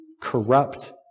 corrupt